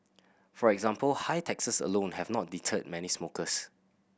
for example high taxes alone have not deterred many smokers